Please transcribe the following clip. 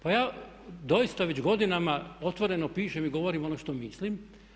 Pa ja doista već godinama otvoreno pišem i govorim ono što mislim.